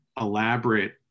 elaborate